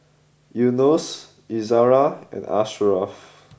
Yunos Izzara and Ashraff